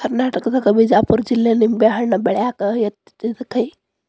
ಕರ್ನಾಟಕದಾಗ ಬಿಜಾಪುರ ಜಿಲ್ಲೆ ನಿಂಬೆಹಣ್ಣ ಬೆಳ್ಯಾಕ ಯತ್ತಿದ ಕೈ